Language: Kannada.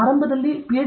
ಆರಂಭದಲ್ಲಿ Ph